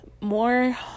more